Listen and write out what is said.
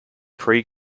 pre